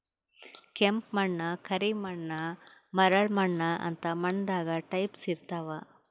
ಕೆಂಪ್ ಮಣ್ಣ್, ಕರಿ ಮಣ್ಣ್, ಮರಳ್ ಮಣ್ಣ್ ಅಂತ್ ಮಣ್ಣ್ ದಾಗ್ ಟೈಪ್ಸ್ ಇರ್ತವ್